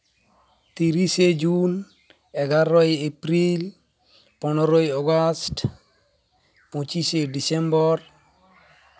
ᱛᱤᱨᱤᱥᱮ ᱡᱩᱱ ᱮᱜᱟᱨᱳᱭ ᱮᱯᱨᱤᱞ ᱯᱚᱱᱨᱳᱭ ᱚᱜᱟᱥᱴ ᱯᱚᱸᱪᱤᱥᱮ ᱰᱤᱥᱮᱢᱵᱚᱨ